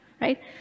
right